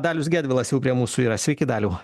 dalius gedvilas jau prie mūsų yra sveiki daliau